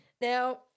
Now